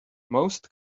most